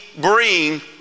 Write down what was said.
bring